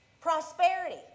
prosperity